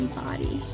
body